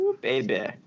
Baby